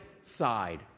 side